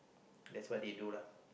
that's what they do lah